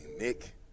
Nick